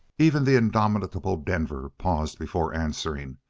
even the indomitable denver paused before answering.